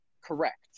Correct